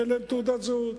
ניתן להם תעודת זהות.